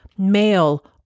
male